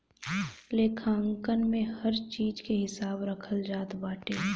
लेखांकन में हर चीज के हिसाब रखल जात बाटे